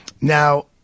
Now